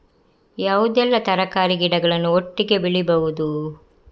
ಯಾವುದೆಲ್ಲ ತರಕಾರಿ ಗಿಡಗಳನ್ನು ಒಟ್ಟಿಗೆ ಬೆಳಿಬಹುದು?